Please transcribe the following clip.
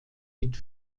mit